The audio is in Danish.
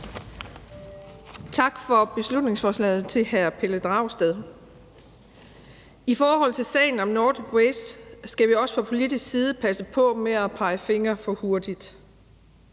for beslutningsforslaget. I forhold til sagen om Nordic Waste skal vi også fra politisk side passe på med at pege fingre for hurtigt.